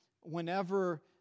whenever